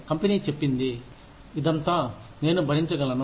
company చెప్పింది ఇదంతా నేను భరించగలను